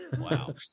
Wow